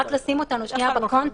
רק לשים אותנו בקונטקסט,